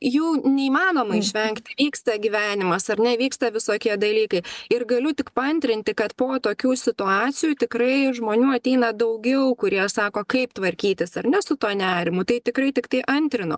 jų neįmanoma išvengti vyksta gyvenimas ar nevyksta visokie dalykai ir galiu tik paantrinti kad po tokių situacijų tikrai žmonių ateina daugiau kurie sako kaip tvarkytis ar ne su tuo nerimu tai tikrai tiktai antrinu